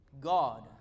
God